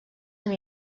amb